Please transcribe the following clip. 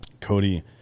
Cody